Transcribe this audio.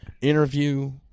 interview